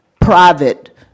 private